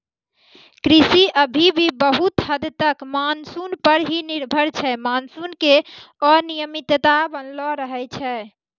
कृषि अभी भी बहुत हद तक मानसून पर हीं निर्भर छै मानसून के अनियमितता बनलो रहै छै